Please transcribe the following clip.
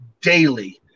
daily